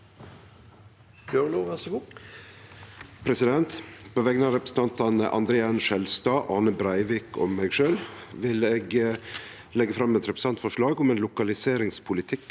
På vegner av re- presentantane André N. Skjelstad, Ane Breivik og meg sjølv vil eg leggje fram eit representantforslag om ein lokaliseringspolitikk